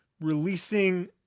releasing